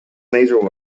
major